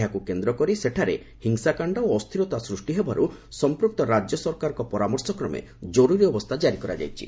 ଏହାକୁ କେନ୍ଦ୍ରକରି ସେଠାରେ ହିଂସାକାଣ୍ଡ ଓ ଅସ୍ଥିରତା ସୂଷ୍ଟି ହେବାରୁ ସମ୍ପୁକ୍ତ ରାଜ୍ୟ ସରକାରଙ୍କ ପରାମର୍ଶକ୍ରମେ ଜରୁରୀ ଅବସ୍ଥା ଜାରି କରାଯାଇଛି